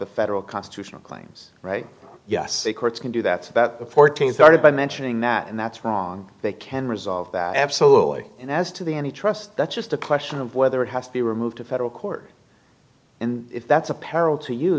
the federal constitutional claims right yes the courts can do that that the th started by mentioning that and that's wrong they can resolve that absolutely and as to the any trust that's just a question of whether it has to be removed to federal court and if that's a peril to you